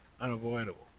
unavoidable